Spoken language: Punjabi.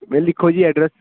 ਫਿਰ ਲਿਖੋ ਜੀ ਐਡਰੈਸ